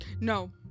No